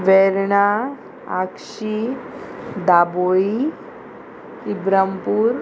वेर्णा आक्षी दाबोयी इब्रामपूर